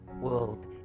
world